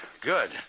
good